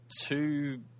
two